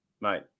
mate